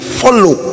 follow